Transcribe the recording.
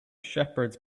shepherds